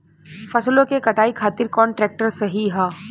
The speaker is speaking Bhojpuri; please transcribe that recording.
फसलों के कटाई खातिर कौन ट्रैक्टर सही ह?